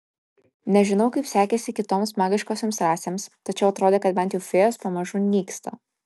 nežinau kaip sekėsi kitoms magiškosioms rasėms tačiau atrodė kad bent jau fėjos pamažu nyksta